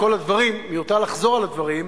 מיותר לחזור על הדברים,